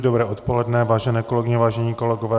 Dobré odpoledne, vážené kolegyně, vážení kolegové.